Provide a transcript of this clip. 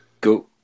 Go